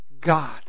God